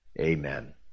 Amen